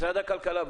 משרד הכלכלה,